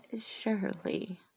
surely